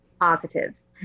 positives